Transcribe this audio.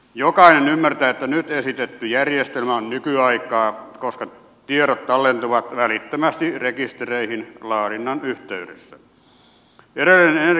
jokainen ymmärtää että nyt esitetty järjestelmä on nykyaikaa koska tiedot tallentuvat välittömästi rekistereihin laadinnan yhteydessä